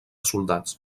soldats